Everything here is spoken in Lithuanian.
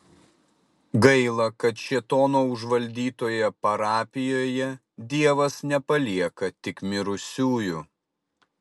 gaila kad šėtono užvaldytoje parapijoje dievas nepalieka tik mirusiųjų